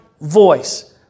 voice